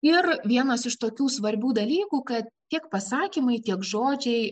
ir vienas iš tokių svarbių dalykų kad tiek pasakymai tiek žodžiai